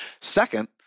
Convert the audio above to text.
Second